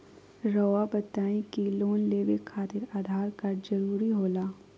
रौआ बताई की लोन लेवे खातिर आधार कार्ड जरूरी होला?